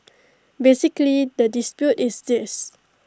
basically the dispute is this